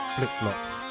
Flip-Flops